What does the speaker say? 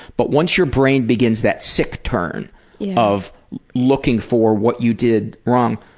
but once your brain begins that sick turn of looking for what you did wrong,